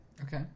Okay